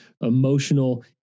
emotional